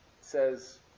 says